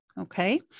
okay